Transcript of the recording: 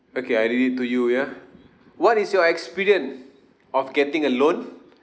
okay I read it to you ya what is your experience of getting a loan